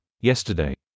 yesterday